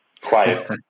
quiet